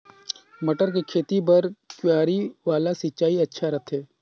मटर के खेती बर क्यारी वाला सिंचाई अच्छा रथे?